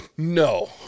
no